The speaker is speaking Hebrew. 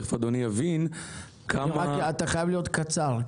תיכף אדוני יבין כמה --- אתה חייב להיות קצר.